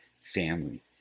family